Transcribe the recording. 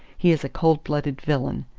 he is a cold-blooded villain.